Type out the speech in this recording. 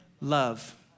love